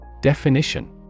Definition